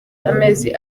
amezi